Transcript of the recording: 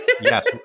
yes